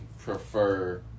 prefer